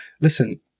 Listen